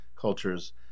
cultures